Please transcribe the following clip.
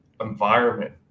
environment